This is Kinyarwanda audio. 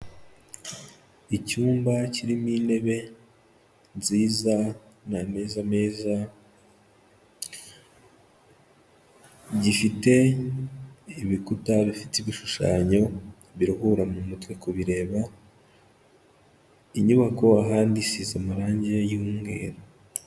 Icyumba kirimo intebe nziza n'ameza meza, gifite ibikuta bifite ibishushanyo biruhura mu mutwe kubireba. Inyubako ahandi isize amarangi y'umweru.